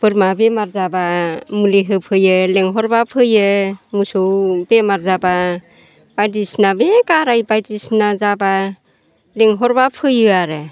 बोरमा बेमार जाब्ला मुलि होफैयो लेंहरब्ला फैयो मोसौ बेमार जाब्ला बायदिसिना बे गाराय बायदिसिना जाब्ला लिंहरब्ला फैयो आरो